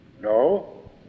No